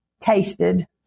Tasted